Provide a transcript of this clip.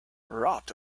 wrapped